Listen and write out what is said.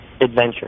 adventure